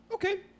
okay